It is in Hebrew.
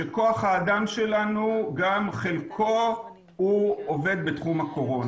שכוח האדם שלנו גם חלקו עובד בתחום הקורונה.